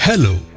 Hello